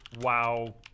Wow